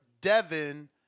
Devin